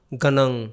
ganang